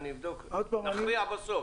נכריע בסוף.